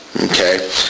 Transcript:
Okay